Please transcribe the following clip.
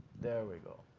there we go.